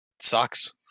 Sucks